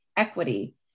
equity